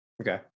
Okay